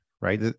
right